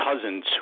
cousins